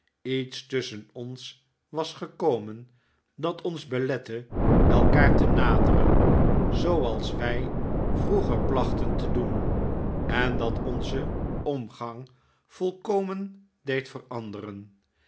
iets tusschen ons was gekomen dat ons belette elkaar te naderen zooals wij vroeger plachten te doen en dat onzen omgang volkomen deed veranderen